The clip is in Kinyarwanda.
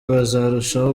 bazarushaho